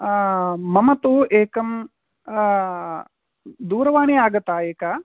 मम तु एकं दूरवाणी आगता एका